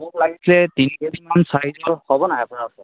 মোক লাগিছিলে তিনি কে জিমান চাইজৰ হ'ব নাই আপোনাৰ ওচৰত